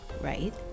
Right